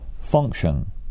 function